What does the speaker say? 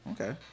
Okay